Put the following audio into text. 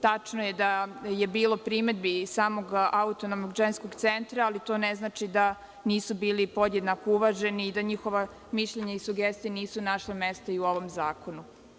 Tačno je da je bilo primedbi samog Autonomnog ženskog centra, ali to ne znači da nisu bili podjednako uvaženi i da njihova mišljenja i sugestije nisu našle mesto u ovom zakonu.